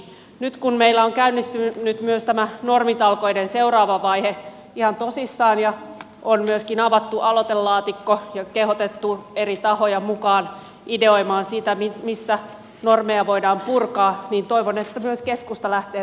nyt kun meillä on käynnistynyt myös tämä normitalkoiden seuraava vaihe ihan tosissaan ja on myöskin avattu aloitelaatikko ja kehotettu eri tahoja mukaan ideoimaan sitä missä normeja voidaan purkaa niin toivon että myös keskusta lähtee tähän työhön mukaan reippaasti